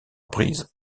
brise